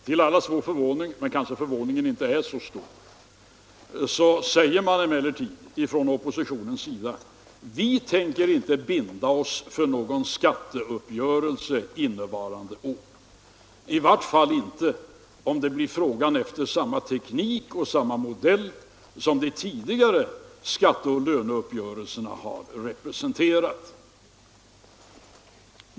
Till allas vår förvåning — men förvåningen är kanske inte så stor — säger man emellertid från oppositionens sida: Vi tänker inte binda oss för någon skatteuppgörelse innevarande år, i varje fall inte om det blir fråga om samma teknik och samma modell som de tidigare skatteoch löneuppgörelserna har representerat.